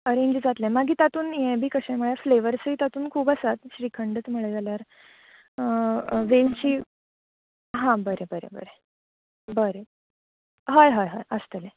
arrange जातलें मागीर तातूंक हें बी कशें फ्लेवरस बी खूब आसात श्रीखंच म्हणलें जाल्यार वेलची हां बरें बरें बरें हय हय आसतलें